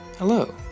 Hello